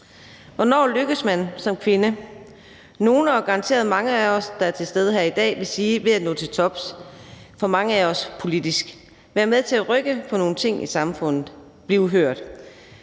Hvornår lykkes man som kvinde? Nogle og garanteret mange af os, der er til stede her i dag, vil sige: ved at nå til tops – for mange af os politisk; ved at være med til at rykke på nogle ting i samfundet, blive hørt,